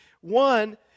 one